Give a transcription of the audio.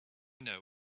know